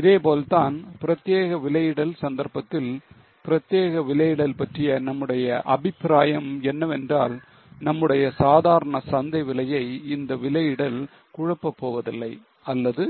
இதேபோல்தான் பிரத்தியேக விலையிடல் சந்தர்ப்பத்தில் பிரத்தேக விலையிடல் பற்றிய நம்முடைய அபிப்ராயம் என்னவென்றால் நம்முடைய சாதாரண சந்தை விலையை இந்த விலையிடல் குழப்ப போவதில்லை அல்லது